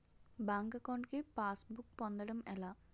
Bank account కి passbook పొందడం ఎలా?